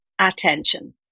attention